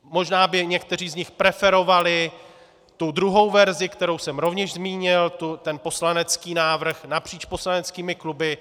Možná by někteří z nich preferovali tu druhou verzi, kterou jsem rovněž zmínil, ten poslanecký návrh napříč poslaneckými kluby.